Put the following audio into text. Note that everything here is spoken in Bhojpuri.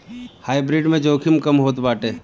हाइब्रिड में जोखिम कम होत बाटे